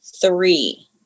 three